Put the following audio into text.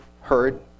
heard